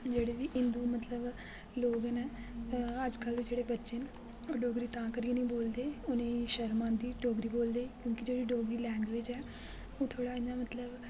जेह्डे़ बी हिन्दु मतलब लोग न अज्जकल्ल दे जेह्ड़े बच्चे न ओह् डोगरी तां करियै नी बोलदे उनेंगी शर्म आंदी डोगरी बोलदे क्योंकि जेह्ड़ी डोगरी लैंगुएज ऐ ओह् थोह्ड़ा इ'यां मतलब